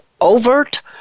overt